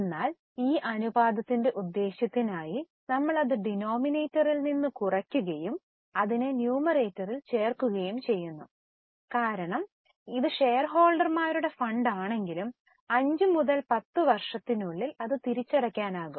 എന്നാൽ ഈ അനുപാതത്തിന്റെ ഉദ്ദേശ്യത്തിനായി നമ്മൾ അത് ഡിനോമിനേറ്ററിൽ നിന്ന് കുറയ്ക്കുകയും അതിനെ ന്യൂമറേറ്ററിൽ ചേർക്കുകയും ചെയ്യുന്നു കാരണം ഇത് ഷെയർഹോൾഡർമാരുടെ ഫണ്ടാണെങ്കിലും 5 മുതൽ 10 വർഷത്തിനുള്ളിൽ അത് തിരിച്ചടയ്ക്കാനാകും